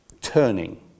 turning